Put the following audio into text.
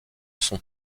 sont